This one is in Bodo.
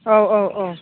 औ औ औ